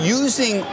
using